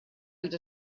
els